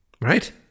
right